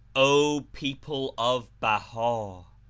o people of baha'!